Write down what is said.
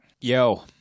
Yo